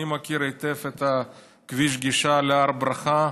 אני מכיר היטב את כביש הגישה להר ברכה.